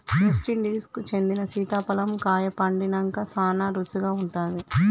West Indies కి చెందిన సీతాఫలం కాయ పండినంక సానా రుచిగా ఉంటాది